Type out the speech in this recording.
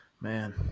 man